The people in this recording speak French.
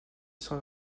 cent